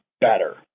better